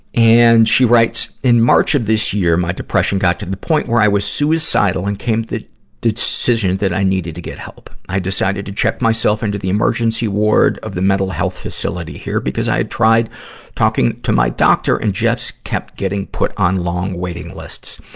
and, she writes, in march of this year, my depression got to the point where i was suicidal and came to the decision that i needed to get help. i decided to check myself into the emergency ward of the mental health facility here, because i had tried talking to my doctor and just kept getting put on long waiting lists.